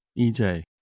EJ